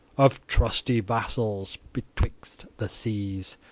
of trusty vassals betwixt the seas,